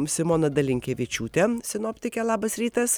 simoną dalinkevičiūtę sinoptikę labas rytas